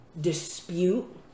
dispute